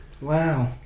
wow